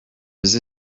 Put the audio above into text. les